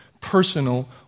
personal